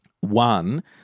One